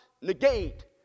negate